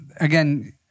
Again